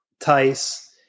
Tice